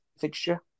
fixture